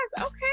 okay